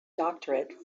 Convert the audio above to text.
doctorate